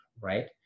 right